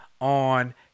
on